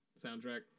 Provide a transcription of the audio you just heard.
soundtrack